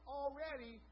already